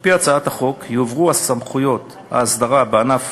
על-פי הצעת החוק יועברו סמכויות ההסדרה בענף